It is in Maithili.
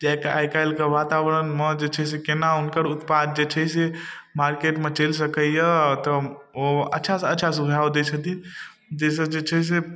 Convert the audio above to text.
किएक तऽ आइ काल्हिके वातावरणमे जे छै से केना हुनकर उत्पाद जे छै से मार्केटमे चलि सकय यऽ तऽ ओ अच्छासँ अच्छा सुझाव दै छथिन जैसँ जे छै से